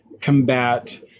combat